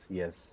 yes